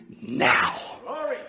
now